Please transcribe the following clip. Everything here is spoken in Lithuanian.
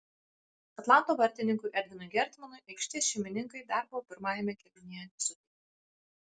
atlanto vartininkui edvinui gertmonui aikštės šeimininkai darbo pirmajame kėlinyje nesuteikė